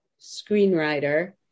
screenwriter